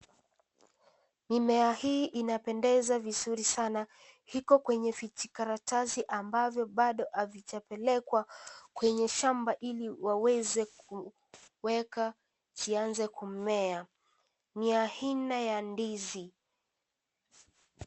Mimea hii inapendeza vizuri sana iko kwenye vijikaratasi ambavyo bado havijapelekwa kwenye shamba ili waweze kuweka zianze kumea. Ni aina za ndizi .